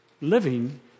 living